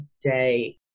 day